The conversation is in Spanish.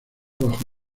bajo